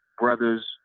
brothers